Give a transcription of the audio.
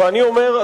ואני אומר,